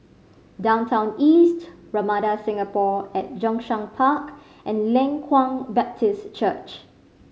Downtown East Ramada Singapore at Zhongshan Park and Leng Kwang Baptist Church